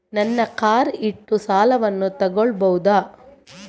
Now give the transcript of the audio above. ನನ್ನ ಕಾರ್ ಇಟ್ಟು ಸಾಲವನ್ನು ತಗೋಳ್ಬಹುದಾ?